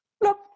Look